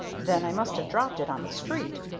then i must have dropped it on the street,